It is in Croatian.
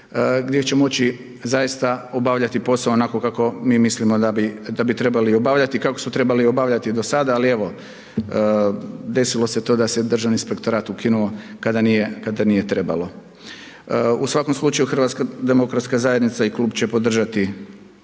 gdje će moći zaista obavljati posao onako kako mi mislimo da bi trebali obavljati, kako su trebali obavljati do sada, ali evo, desilo se to da se Državni inspektorat ukinuo kada nije trebalo. U svakom slučaju HDZ i klub će podržati ovaj